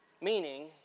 Meaning